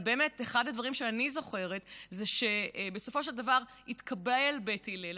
אבל באמת אחד הדברים שאני זוכרת זה שבסופו של דבר התקבל בית הלל.